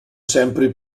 sempre